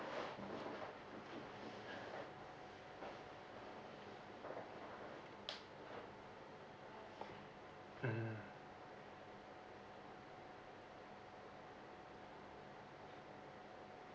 mm